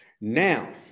Now